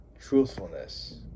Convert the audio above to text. Truthfulness